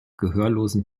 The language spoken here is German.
gehörlosen